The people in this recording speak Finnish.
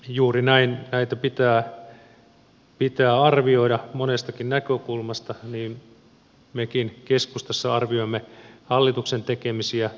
juuri näin näitä pitää arvioida monestakin näkökulmasta niin mekin keskustassa arvioimme hallituksen tekemisiä